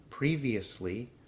Previously